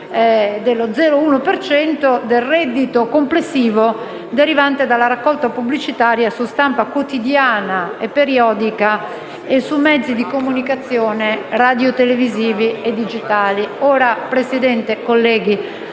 cento del reddito complessivo derivante dalla raccolta pubblicitaria su stampa quotidiana e periodica e su mezzi di comunicazione radiotelevisivi e digitali. Signor Presidente, onorevoli